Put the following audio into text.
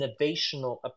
innovational